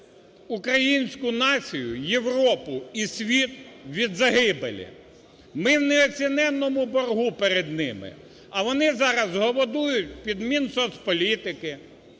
українську націю, Європу і світ від загибелі. Ми в неоціненному боргу перед ними, а вони зараз голодують під Мінсоцполітики,